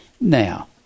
Now